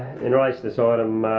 in relation to this item,